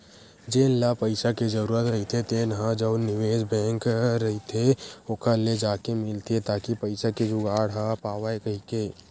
जेन ल पइसा के जरूरत रहिथे तेन ह जउन निवेस बेंक रहिथे ओखर ले जाके मिलथे ताकि पइसा के जुगाड़ हो पावय कहिके